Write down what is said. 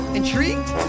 intrigued